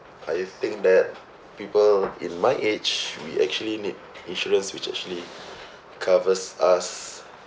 I think that people in my age we actually need insurance which actually covers us